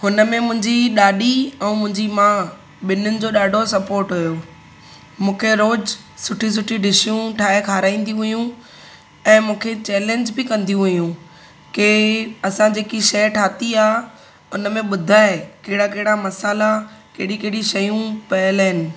हुन में मुंहिंजी ॾाॾी ऐं मुंजी माउ ॿिन्हिनि जो ॾाढो सपोट हुयो मूंखे रोज़ु सुठी सुठी डिशियूं ठाहे खाराईंदी हुयूं ऐं मूंखे चैलेंज बि कंदियूं हुयूं की असां जेकी शइ ठाही आहे उन में ॿुधाए कहिड़ा कहिड़ा मसाला कहिड़ी कहिड़ी शयूं पयल आहिनि